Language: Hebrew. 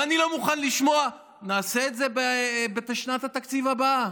ואני לא מוכן לשמוע "נעשה את זה בשנת התקציב הבאה".